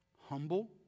Humble